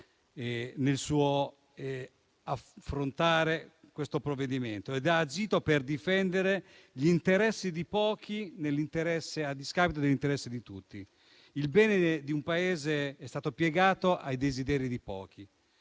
nell'affrontare il provvedimento e ha agito per difendere gli interessi di pochi a discapito degli interessi di tutti. Il bene di un Paese è stato piegato ai desideri di pochi.